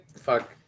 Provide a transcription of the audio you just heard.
fuck